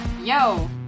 Yo